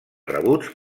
rebuts